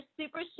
super